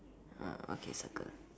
uh okay circle